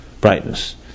brightness